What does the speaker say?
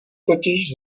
totiž